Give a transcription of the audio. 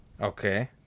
Okay